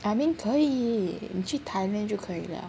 I mean 可以你去 Thailand 就可以 liao